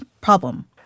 problem